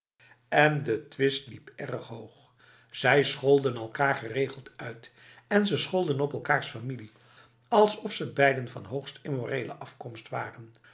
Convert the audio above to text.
en de twist liep erg hoog ze scholden elkaar geregeld uit en ze scholden op eikaars familie alsof ze beiden van hoogst immorele afkomst waren